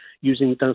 using